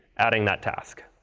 adding that task.